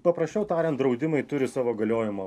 paprasčiau tariant draudimai turi savo galiojimo